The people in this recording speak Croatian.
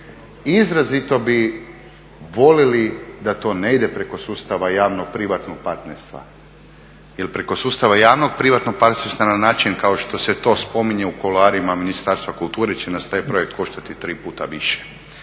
izrazito bi volili da to ne ide preko sustava javno-privatnog partnerstva jer preko sustava javno-privatnog partnerstva na način kao što se to spominje u kuloarima Ministarstva kulture će nas taj projekt koštati tri puta više,